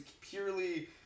purely